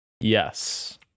Yes